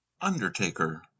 Undertaker